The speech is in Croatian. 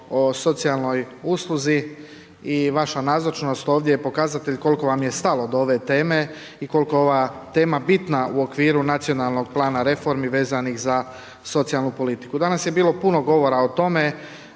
o socijalnoj usluzi i vaša nazočnost ovdje je pokazatelj koliko vam je stalo do ove teme i koliko je ova tema bitna u okviru nacionalnog plana reformi vezanih za socijalnu politiku. Danas je bilo puno govora o tome